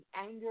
anger